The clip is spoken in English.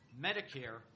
Medicare